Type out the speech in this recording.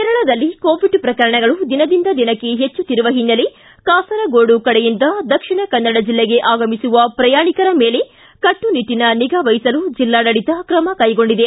ಕೇರಳದಲ್ಲಿ ಕೋವಿಡ್ ಪ್ರಕರಣಗಳು ದಿನದಿಂದ ದಿನಕ್ಕೆ ಹೆಚ್ಚುತ್ತಿರುವ ಹಿನ್ನೆಲೆ ಕಾಸರಗೋಡು ಕಡೆಯಿಂದ ದಕ್ಷಿಣ ಕನ್ನಡ ಜಿಲ್ಲೆಗೆ ಆಗಮಿಸುವ ಪ್ರಯಾಣಿಕರ ಮೇಲೆ ಕಟ್ಟುನಿಟ್ಟನ ನಿಗಾ ವಹಿಸಲು ಜಿಲ್ಲಾಡಳಿತ ಕ್ರಮ ಕೈಗೊಂಡಿದೆ